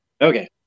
Okay